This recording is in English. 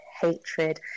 hatred